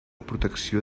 protecció